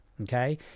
okay